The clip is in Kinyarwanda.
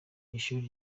ishuri